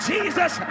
Jesus